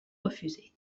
refusé